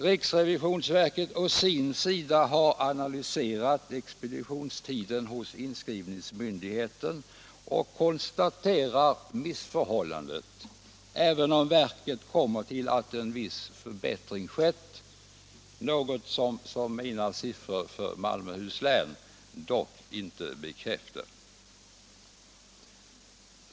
Riksrevisionsverket å sin sida har analyserat expeditionstiden hos inskrivningsmyndigheten och konstaterar missförhållandet även om verket kommer till att en viss förbättring skett, något som mina siffror för Malmöhus län dock inte bekräftar.